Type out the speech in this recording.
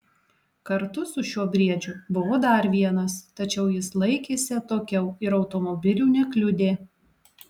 kartu su šiuo briedžiu buvo dar vienas tačiau jis laikėsi atokiau ir automobilių nekliudė